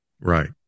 Right